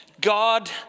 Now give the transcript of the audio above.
God